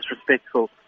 disrespectful